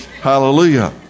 Hallelujah